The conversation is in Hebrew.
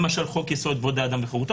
למשל חוק-יסוד: כבוד האדם וחירותו,